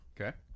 Okay